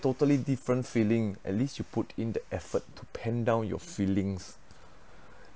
totally different feeling at least you put in the effort to pen down your feelings